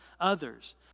others